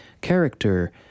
character